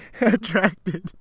attracted